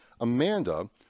Amanda